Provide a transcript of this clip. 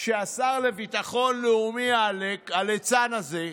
שהשר לביטחון לאומי עלק, הליצן הזה,